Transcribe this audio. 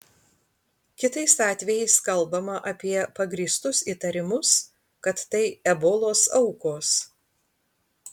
kitais atvejais kalbama apie pagrįstus įtarimus kad tai ebolos aukos